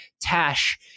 Tash